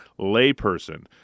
layperson